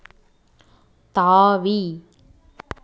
தாவி